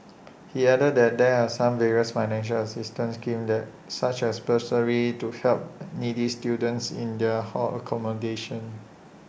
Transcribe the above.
he added that there are some various financial assistance schemes that such as bursaries to help needy students in their hall accommodation